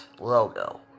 logo